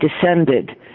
descended